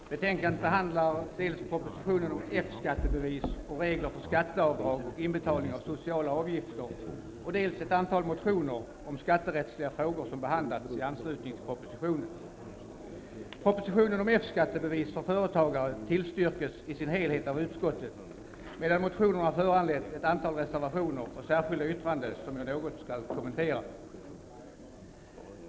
Herr talman! Betänkandet behandlar dels propositionen om F-skattebevis och regler för skatteavdrag och inbetalning av sociala avgifter, dels ett antal motioner om skatterättsliga frågor som behandlats i anslutning till propositionen. Propositionen om F-skattebevis för företagare tillstyrks i sin helhet av utskottet, medan motionerna föranlett ett antal reservationer och särskilda yttranden, som jag något skall kommentera.